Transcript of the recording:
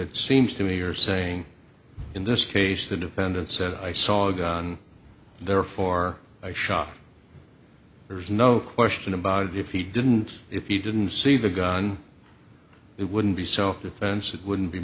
it seems to me are saying in this case the defendant said i saw a guy therefore i shot there's no question about it if he didn't if he didn't see the gun it wouldn't be so it wouldn't be